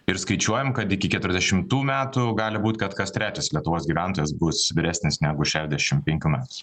ir skaičiuojam kad iki keturiasdešimtų metų gali būt kad kas trečias lietuvos gyventojas bus vyresnis negu šešiasdešim penkių me